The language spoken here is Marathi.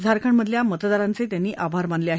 झारखंडमधल्या मतदारांचे त्यांनी आभार मानले आहेत